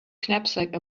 knapsack